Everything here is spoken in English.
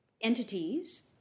entities